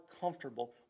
comfortable